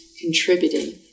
contributing